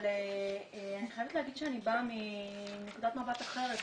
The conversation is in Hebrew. אבל אני חייבת להגיד שאני באה מנקודת מבט אחרת.